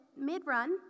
mid-run